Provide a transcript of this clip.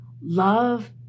Love